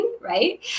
right